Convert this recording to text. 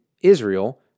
Israel